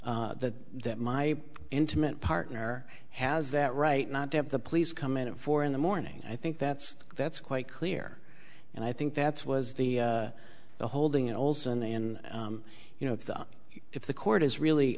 me that my intimate partner has that right not to have the police come in at four in the morning i think that's that's quite clear and i think that's was the holding in olson and you know if the court is really